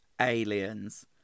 Aliens